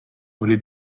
oli